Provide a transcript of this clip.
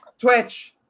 Twitch